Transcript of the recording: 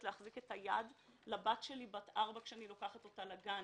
להחזיק את היד לבת שלי בת ארבע כשאני לוקחת אותה לגן.